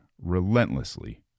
relentlessly